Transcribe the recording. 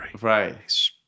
Right